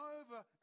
over